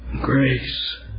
Grace